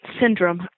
syndrome